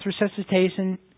resuscitation